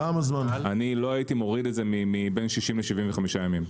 לא הייתי מוריד את זה מ-60, 75 ימים.